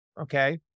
Okay